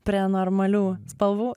prie normalių spalvų